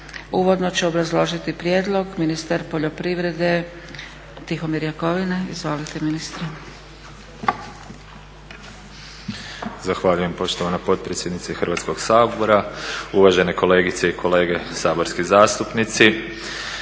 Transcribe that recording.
Uvodno će obrazložiti prijedlog ministar poljoprivrede Tihomir Jakovina. Izvolite ministre. **Jakovina, Tihomir (SDP)** Zahvaljujem poštovana potpredsjednice Hrvatskog sabora, uvažene kolegice i kolege saborski zastupnici.